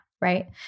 Right